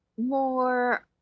more